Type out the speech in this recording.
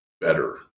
better